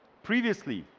previously,